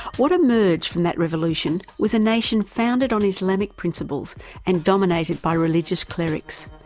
what emerged from that revolution was a nation founded on islamic principles and dominated by religious clerics,